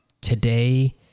today